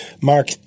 Mark